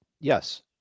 Yes